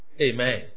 Amen